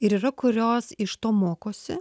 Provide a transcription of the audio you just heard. ir yra kurios iš to mokosi